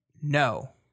no